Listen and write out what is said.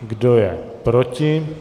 Kdo je proti?